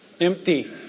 Empty